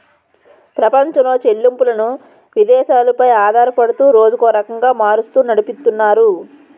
ప్రపంచంలో చెల్లింపులను విదేశాలు పై ఆధారపడుతూ రోజుకో రకంగా మారుస్తూ నడిపితున్నారు